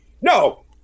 no